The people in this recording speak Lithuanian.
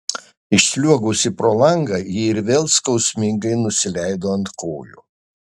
išsliuogusi pro langą ji ir vėl skausmingai nusileido ant kojų